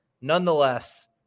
nonetheless